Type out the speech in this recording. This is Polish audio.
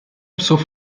psów